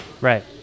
right